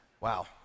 Wow